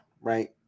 right